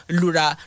lura